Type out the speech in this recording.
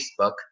Facebook